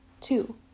Two